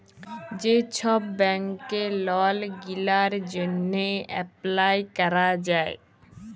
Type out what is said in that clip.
যে ছব ব্যাংকে লল গিলার জ্যনহে এপ্লায় ক্যরা যায়